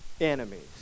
enemies